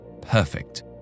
Perfect